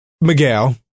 Miguel